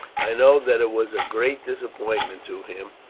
i know that it was a great disappointment to him,